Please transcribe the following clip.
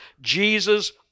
Jesus